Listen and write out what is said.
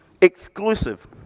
Exclusive